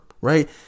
right